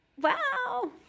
wow